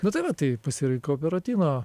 nu tai va tai pasirinkau perotino